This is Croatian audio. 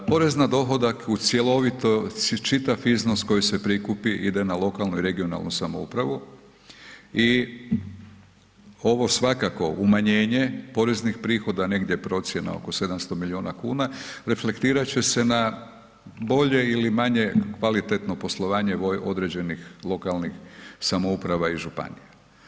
Porez na dohodak u cjelovito, čitav iznos koji se prikupi ide na lokalnu i regionalnu samoupravu i ovo svakako umanjenje poreznih prihoda, negdje je procjena oko 700 milijuna kuna, reflektirat će se na bolje ili manje kvalitetno poslovanje određenih lokalnih samouprava i županija.